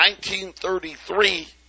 1933